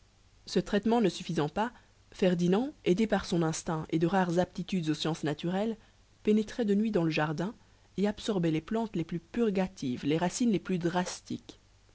ce traitement ne suffisant pas ferdinand aidé par son instinct et de rares aptitudes aux sciences naturelles pénétrait de nuit dans le jardin et absorbait les plantes les plus purgatives les racines les plus drastiques